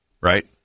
right